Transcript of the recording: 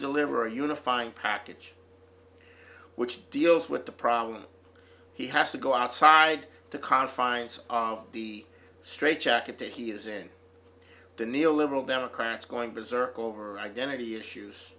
deliver a unifying package which deals with the problem he has to go outside the confines of the straitjacketed he is in the neo liberal democrats going berserk over identity issues